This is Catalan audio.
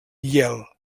yale